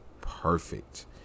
perfect